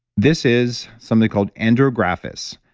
this is something called andrographis.